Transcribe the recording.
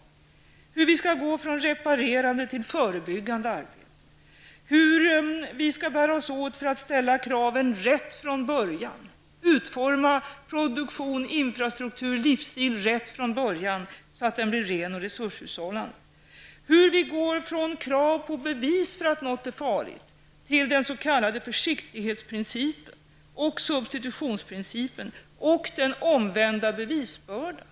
Där redovisas hur vi skall gå från reparerande till förebyggande arbete, hur vi skall bära oss åt för att från början ställa de rätta kraven, hur vi från början skall utforma produktion, infrastruktur och livsstil på rätt sätt så att de blir rena och resurshushållande, hur vi går från krav på bevis för att något är farligt till den s.k. försiktighetsprincipen och substitutionsprincipen samt den omvända bevisbördan.